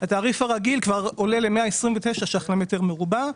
התעריף הרגיל כבר עולה ל-128 ₪ למטר מרובע,